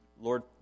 lord